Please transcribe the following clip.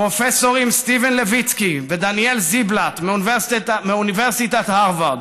הפרופסורים סטיבן לויצקי ודניאל זיבלאט מאוניברסיטת הרווארד,